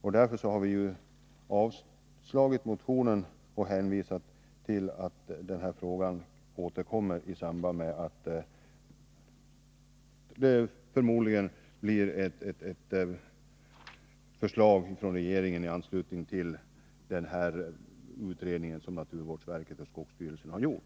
Vi har alltså avstyrkt motionen och hänvisat till att den här frågan återkommer i samband med att det förmodligen blir ett förslag från regeringen i anslutning till den utredning som naturvårdsverket och skogsstyrelsen har gjort.